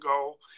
goal